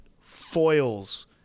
foils